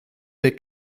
der